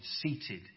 seated